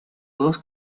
dos